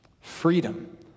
Freedom